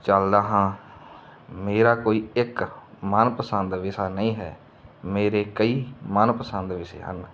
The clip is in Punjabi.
ਚੱਲਦਾ ਹਾਂ ਮੇਰਾ ਕੋਈ ਇੱਕ ਮਨਪਸੰਦ ਵਿਸ਼ਾ ਨਹੀਂ ਹੈ ਮੇਰੇ ਕਈ ਮਨਪਸੰਦ ਵਿਸ਼ੇ ਹਨ